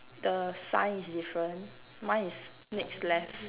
the sign is different mine is next left